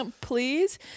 please